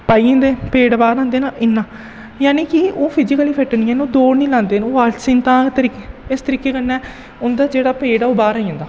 भाइयें दे पेट बाह्र औंदे ना इन्ना यानि कि ओह् फिजिकली फिट्ट निं हैन ओह् दौड़ निं लांदे न ओह् आलसी न तां तरी इस तरीके कन्नै उं'दा पेट बाह्र आई जंदा